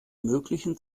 möglichen